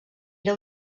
era